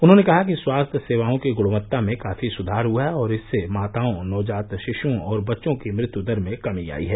उन्होंने कहा कि स्वास्थ्य सेवाओं की गृणवत्ता में काफी सुधार हुआ है और इससे माताओं नवजात शिशुओं और बच्चों की मृत्यू दर में कमी आई है